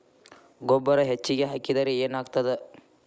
ಗೊಬ್ಬರ ಹೆಚ್ಚಿಗೆ ಹಾಕಿದರೆ ಏನಾಗ್ತದ?